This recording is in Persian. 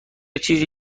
چیزی